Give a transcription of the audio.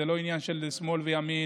זה לא עניין של שמאל וימין,